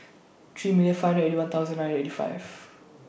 three million five Eighty One thousand nine eighty five